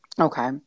Okay